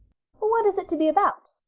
what is it to be about?